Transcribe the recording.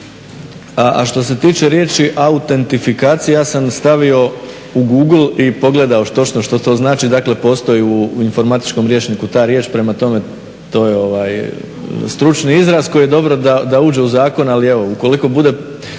A što se tiče riječi autentifikacija ja sam stavio u Google i pogledao točno što to znači. dakle postoji u informatičkom rječniku ta riječ prema tome to je stručni izraz koji je dobro da uđe u zakon, ali evo ukoliko bude